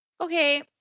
Okay